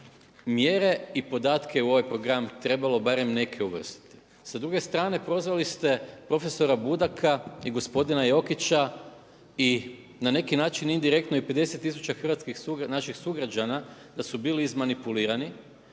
mjere i podatke u ovaj program trebalo barem neke uvrstiti. Sa druge strane prozvali ste profesora Budaka i gospodina Jokića i na neki način indirektno i 50 tisuća hrvatskih sugrađana, naših sugrađana da su bili izmanipulirani